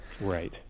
Right